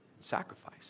sacrifice